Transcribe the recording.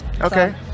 Okay